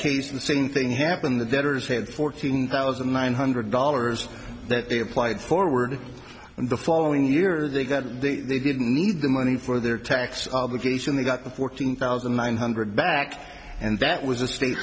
case the same thing happened the debtors had fourteen thousand nine hundred dollars that they applied forward and the following year they got they didn't need the money for their tax obligation they got the fourteen thousand one hundred back and that was the state